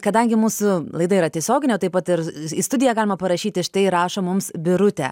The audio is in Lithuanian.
kadangi mūsų laida yra tiesioginė o taip pat ir į studiją galima parašyti štai rašo mums birutė